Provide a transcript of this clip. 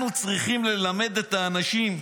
אנחנו צריכים ללמד את האנשים,